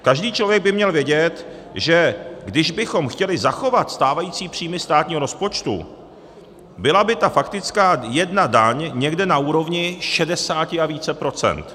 Každý člověk by měl vědět, že kdybychom chtěli zachovat stávající příjmy státního rozpočtu, byla by ta faktická jedna daň někde na úrovni 60 a více procent.